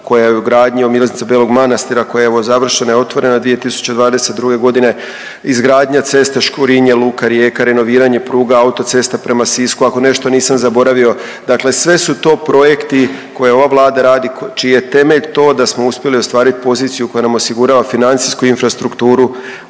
koja je u gradnji obilaznice Belog Manastira koja je evo završena i otvorena 2022. godine, izgradnja ceste Škurinje – luka Rijeka, renoviranje pruga, autocesta prema Sisku. Ako nešto nisam zaboravio, dakle sve su to projekti koje ova Vlada radi čiji je temelj to da smo uspjeli ostvariti poziciju koja nam osigurava financijsku infrastrukturu,